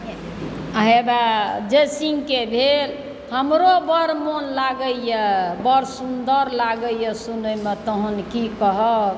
हे बाउ जय सिंहके भेल हमरो बड़ मोन लागैए बड़ सुन्दर लागैए सुनैमे तहन की कहब